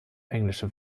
englische